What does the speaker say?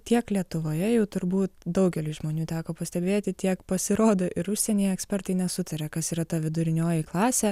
tiek lietuvoje jau turbūt daugeliui žmonių teko pastebėti tiek pasirodo ir užsienyje ekspertai nesutaria kas yra ta vidurinioji klasė